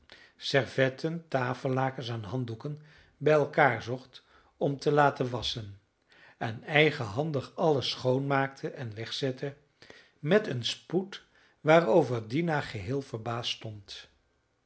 servetten tafellakens en handdoeken bij elkander zocht om te laten wasschen en eigenhandig alles schoonmaakte en wegzette met een spoed waarover dina geheel verbaasd